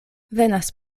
venas